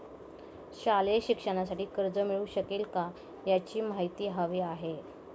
शालेय शिक्षणासाठी कर्ज मिळू शकेल काय? याची माहिती हवी आहे